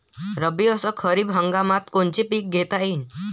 रब्बी अस खरीप हंगामात कोनचे पिकं घेता येईन?